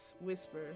whisper